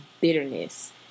bitterness